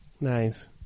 Nice